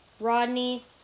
Rodney